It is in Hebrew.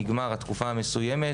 נגמרת התקופה המסוימת